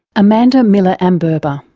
amanda miller amberber.